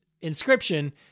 inscription